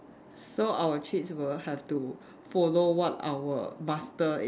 so our treats will have to follow what our master is